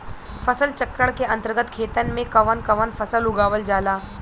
फसल चक्रण के अंतर्गत खेतन में कवन कवन फसल उगावल जाला?